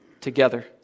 together